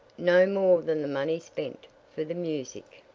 no more than the money spent for the music.